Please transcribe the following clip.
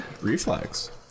Reflex